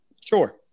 Sure